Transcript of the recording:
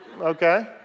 okay